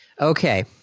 Okay